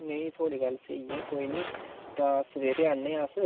नेईं थुआढ़ी गल्ल स्हेई ऐ कोई नि तां सवेरे औन्ने आं अस